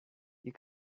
you